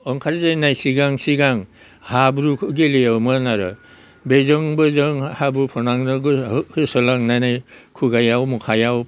ओंखार जेननाय सिगां सिगां हाब्रुखौ गेलेयोमोन आरो बोजों बोजों हाब्रु फोनांनो होसोलायनानै खुगायाव मोखांआव